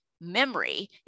memory